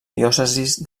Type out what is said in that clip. diòcesis